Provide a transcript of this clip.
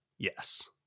Yes